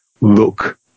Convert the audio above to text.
look